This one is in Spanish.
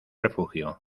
refugio